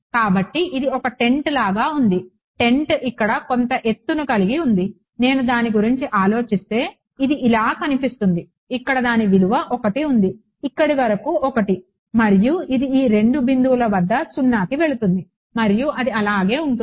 కాబట్టి ఇది ఒక టెంట్ లాగా ఉంది టెంట్ ఇక్కడ కొంత ఎత్తును కలిగి ఉంది నేను దాని గురించి ఆలోచిస్తే ఇది ఇలా కనిపిస్తుందిఇక్కడ దాని విలువ 1 ఉంది ఇక్కడి వరకు 1 మరియు ఇది ఈ 2 బిందువుల వద్ద 0కి వెళుతుంది మరియు అది అలాగే ఉంటుంది